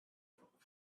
took